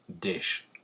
dish